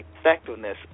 effectiveness